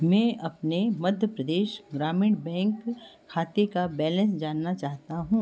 मैं अपने मध्य प्रदेश ग्रामीण बैंक खाते का बैलेन्स जानना चाहता हूँ